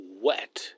wet